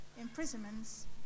imprisonments